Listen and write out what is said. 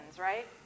right